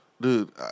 Dude